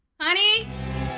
Honey